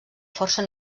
força